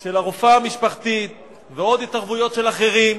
של הרופאה המשפחתית ועוד התערבויות של אחרים,